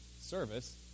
service